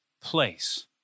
place